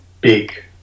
big